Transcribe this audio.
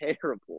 terrible